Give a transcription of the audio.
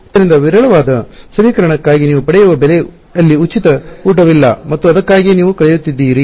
ಆದ್ದರಿಂದ ವಿರಳವಾದ ಸಮೀಕರಣಕ್ಕಾಗಿ ನೀವು ಪಡೆಯುವ ಬೆಲೆ ಅಲ್ಲಿ ಉಚಿತವಾಗಿ ಸಿಗುವುದಲ್ಲ ಮತ್ತು ಅದಕ್ಕಾಗಿಯೇ ನೀವು ಕಳೆದುಕೊಳ್ಳುತ್ತೀರಿ